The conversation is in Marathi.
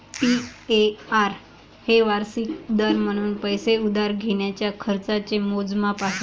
ए.पी.आर हे वार्षिक दर म्हणून पैसे उधार घेण्याच्या खर्चाचे मोजमाप आहे